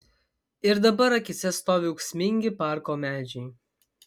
ir dabar akyse stovi ūksmingi parko medžiai